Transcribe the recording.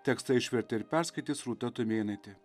tekstą išvertė ir perskaitys rūta tumėnaitė